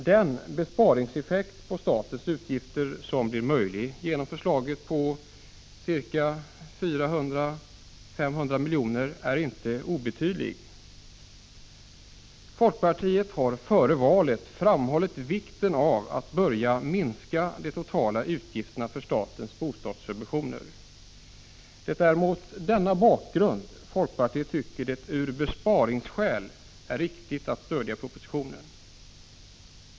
Den besparingseffekt på statens utgifter som blir möjlig genom förslaget, mellan 400 och 500 miljoner, är inte obetydlig. Folkpartiet har före valet framhållit vikten av att börja minska de totala utgifterna för statens bostadssubventioner. Det är mot denna bakgrund folkpartiet tycker det är av besparingsskäl viktigt att stödja propositionen.